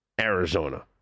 Arizona